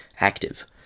Active